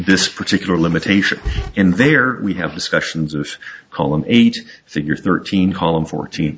this particular limitation and there we have discussions of column eight figure thirteen column fourteen